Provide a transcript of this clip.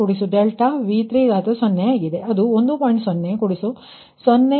0 0